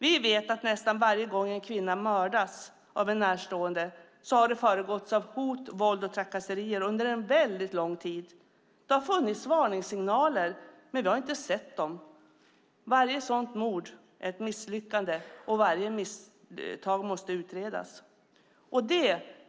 Vi vet att nästan varje gång en kvinna mördas av en närstående har det föregåtts av hot, våld och trakasserier under en väldigt lång tid. Det har funnits varningssignaler, men vi har inte sett dem. Varje sådant mord är ett misslyckande, och varje misstag måste utredas. Herr talman!